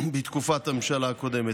בתקופת הממשלה הקודמת.